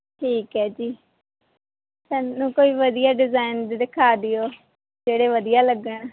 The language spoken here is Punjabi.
ਠੀਕ ਹੈ ਜੀ ਸਾਨੂੰ ਕੋਈ ਵਧੀਆ ਡਿਜ਼ਾਇਨਜ ਦਿਖਾ ਦਿਉ ਜਿਹੜੇ ਵਧੀਆ ਲੱਗਣ